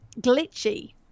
glitchy